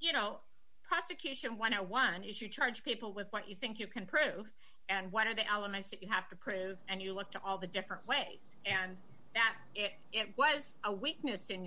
you know prosecution one o one is you charge people with what you think you can prove and what are the elements that you have to prove and you look to all the different ways and that it was a weakness in